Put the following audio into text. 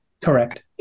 Correct